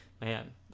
man